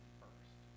first